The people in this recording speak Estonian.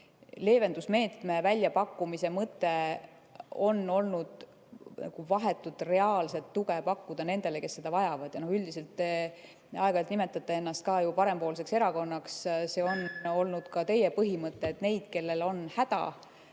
leevendusmeetme väljapakkumise mõte on olnud pakkuda vahetut reaalset tuge nendele, kes seda vajavad. Üldiselt te aeg-ajalt nimetate ka ennast parempoolseks erakonnaks ja on olnud teie põhimõte, et neid, kellel on häda,